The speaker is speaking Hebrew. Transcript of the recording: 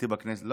איפה היית?